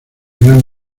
gran